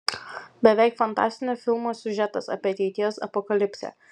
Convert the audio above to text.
beveik fantastinio filmo siužetas apie ateities apokalipsę